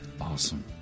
Awesome